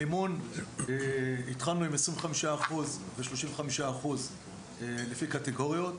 התחלנו עם 25 אחוז ו-35 אחוז לפי קטגוריות,